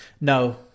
No